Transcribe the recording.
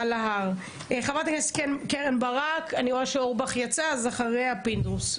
חברת הכנסת קרן ברק ואחריה חבר הכנסת פינדרוס.